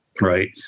right